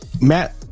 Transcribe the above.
Matt